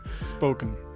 spoken